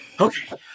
Okay